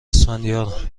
اسفندیار